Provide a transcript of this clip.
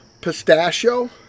pistachio